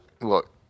Look